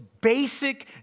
basic